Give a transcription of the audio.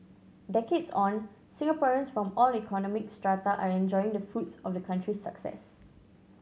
decades on Singaporeans from all economic strata are enjoying the fruits of the country's success